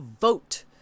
vote